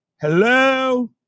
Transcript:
Hello